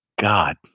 God